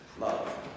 love